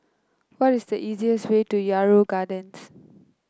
what is the easiest way to Yarrow Gardens